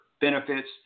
benefits